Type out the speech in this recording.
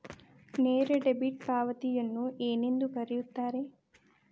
ನೇರ ಡೆಬಿಟ್ ಪಾವತಿಯನ್ನು ಏನೆಂದು ಕರೆಯುತ್ತಾರೆ?